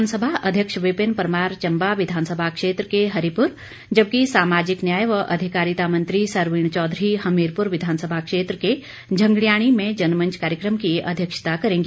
विधानसभा अध्यक्ष विपिन परमार चंबा विधानसभा क्षेत्र के हरिपुर जबकि सामाजिक न्याय व अधिकारिता मंत्री सरवीण चौधरी हमीरपुर विधानसभा क्षेत्र के झंगड़ियाणी में जनमंच कार्यक्रम की अध्यक्षता करेंगी